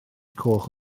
goch